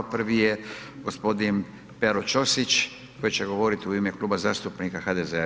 Prvi je gospodin Pero Ćosić koji će govoriti u ime Kluba zastupnika HDZ-a.